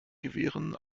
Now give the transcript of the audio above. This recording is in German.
gewähren